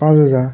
পাঁচ হেজাৰ